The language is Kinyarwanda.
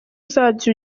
uzajya